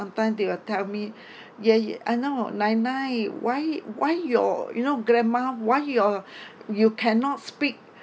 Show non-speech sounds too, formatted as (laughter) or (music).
sometime they will tell me ye ye eh no nai nai why why your you know grandma why your (breath) you cannot speak